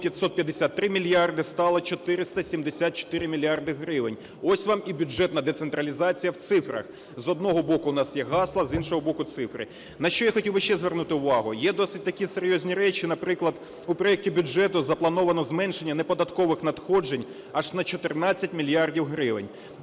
553 мільярди, стало 474 мільярди гривень. Ось вам і бюджетна децентралізація в цифрах. З одного боку, в нас є гасла, з іншого боку, цифри. На що я хотів би ще звернути увагу. Є досить такі серйозні речі. Наприклад, у проекті бюджету заплановано зменшення неподаткових надходжень аж на 14 мільярдів гривень.